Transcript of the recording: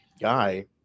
guy